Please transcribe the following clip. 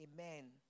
Amen